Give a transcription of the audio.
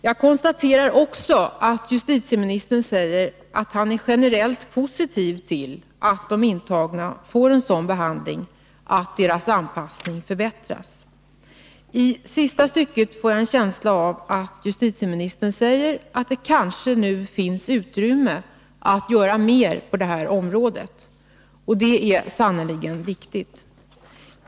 Jag konstaterar också att justitieministern säger att han är generellt positiv tillatt de intagna får en sådan behandling att deras anpassning förbättras. Jag får en känsla av att justitieministern i sista stycket av svaret säger att det nu kanske finns utrymme för att göra mer på det här området, och det är sannerligen viktigt.